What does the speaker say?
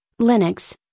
Linux